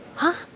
!huh!